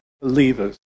believers